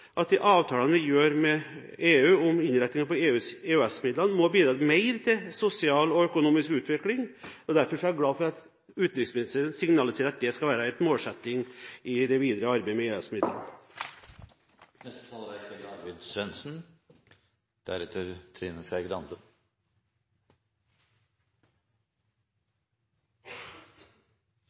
at de avtalene vi gjør med EU om innretningen på EØS-midlene, må bidra mer til sosial og økonomisk utvikling. Derfor er jeg glad for at utenriksministeren signaliserer at det skal være en målsetting i det videre arbeidet med